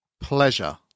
Pleasure